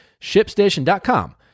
ShipStation.com